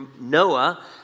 Noah